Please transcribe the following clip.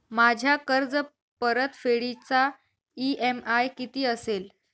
माझ्या कर्जपरतफेडीचा इ.एम.आय किती असेल?